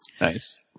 Nice